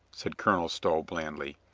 said colonel stow blandly.